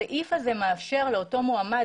הסעיף הזה מאפשר לאותו מועמד,